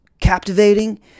captivating